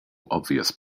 obvious